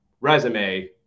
resume